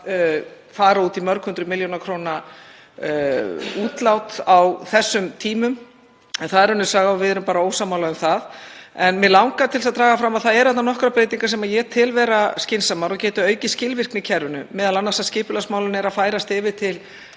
fara út í mörg hundruð milljóna króna útlát á þessum tímum. En það er önnur saga og við erum bara ósammála um það. Mig langar til að draga fram að það eru þarna nokkrar breytingar sem ég tel vera skynsamlegar og geta aukið skilvirkni í kerfinu, m.a. að skipulagsmálin eru að færast yfir til